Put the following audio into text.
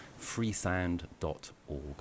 freesound.org